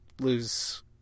lose